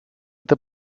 это